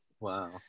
Wow